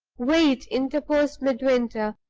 wait! interposed midwinter,